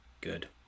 Good